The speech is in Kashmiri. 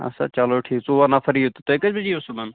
اَسا چلو ٹھیٖک ژور نفر یِیِو تُہۍ کٔژِ بَجہِ یِیِو صُبحَن